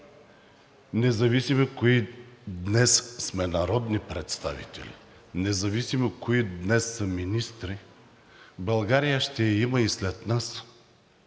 независимо кои днес сме народни представители, независимо кои днес са министри, а България ще я има и след нас.